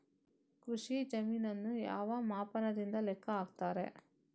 ಕೃಷಿ ಜಮೀನನ್ನು ಯಾವ ಮಾಪನದಿಂದ ಲೆಕ್ಕ ಹಾಕ್ತರೆ?